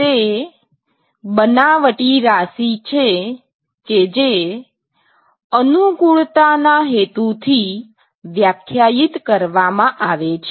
તે બનાવટી રાશિ છે કે જે અનુકૂળતા ના હેતુથી વ્યાખ્યાયિત કરવામાં આવે છે